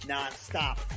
Nonstop